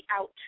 out